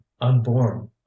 unborn